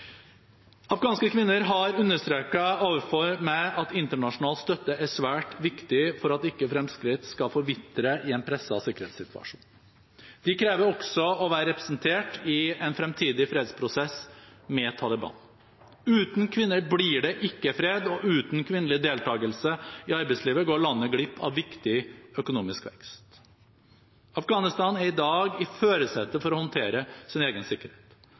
Afghanske kvinner har understreket overfor meg at internasjonal støtte er svært viktig for at ikke fremskritt skal forvitre i en presset sikkerhetssituasjon. De krever også å være representert i en fremtidig fredsprosess med Taliban. Uten kvinner blir det ikke fred. Og uten kvinnelig deltakelse i arbeidslivet går landet glipp av viktig økonomisk vekst. Afghanistan er i dag i førersetet for å håndtere sin egen